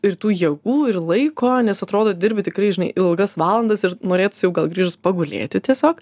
ir tų jėgų ir laiko nes atrodo dirbi tikrai žinai ilgas valandas ir norėtųsi jau gal grįžus pagulėti tiesiog